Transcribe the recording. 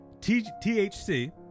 THC